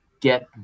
get